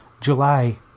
July